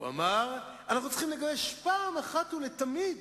הוא אמר: "אנחנו צריכים לגבש פעם אחת ולתמיד